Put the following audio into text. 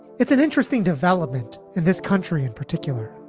it's an interesting development in this country in particular.